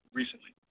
recently